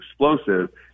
explosive